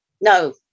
No